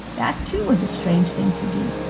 that too was a strange thing to do